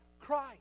Christ